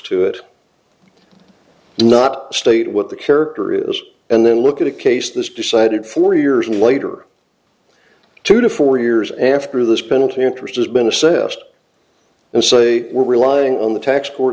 it not state what the character is and then look at a case this decided four years later two to four years after this penalty interest has been assessed and say we're relying on the tax